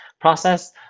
process